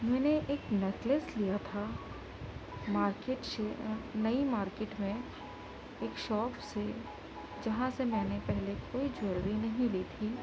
میں نے ایک نیکلس لیا تھا مارکٹ سے نئی مارکیٹ میں ایک شاپ سے جہاں سے میں نے پہلے کوئی جویلری نہیں لی تھی